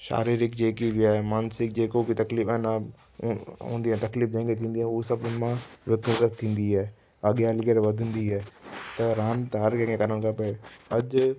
शारीरिक जेकी बि आहे मानसिकु जेको बि तकलीफ़ आहे न हूंदी आहे तकलीफ़ जेके थींदी आहे हूअ सङु उन मां घटि में घटि थींदी आहे अॻियां हली करे वधंदी आहे त रांदि हर कंहिंखे करणु खपे अॼु